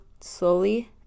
slowly